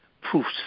proofs